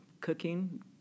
cooking